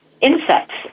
insects